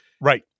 Right